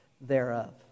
thereof